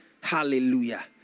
Hallelujah